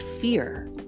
fear